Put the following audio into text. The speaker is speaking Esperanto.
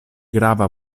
grava